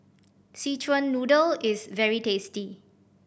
Szechuan Noodle is very tasty